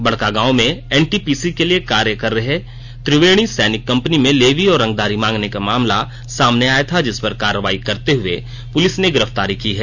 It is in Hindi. बड़कागांव में एनटीपीसी के लिए कार्य कर रहे त्रिवेणी सैनिक कंपनी में लेवी और रंगदारी मांगने का मामला सामने आाया था जिसपर कार्रवाई करते ्हए पुलिस ने गिरफ्तारी की है